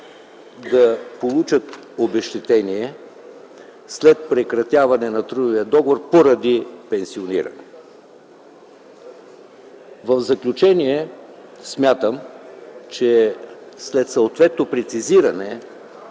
да получат обезщетение след прекратяване на трудовия договор поради пенсиониране. В заключение, смятам, че след съответно прецизиране